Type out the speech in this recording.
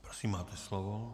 Prosím, máte slovo.